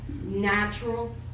natural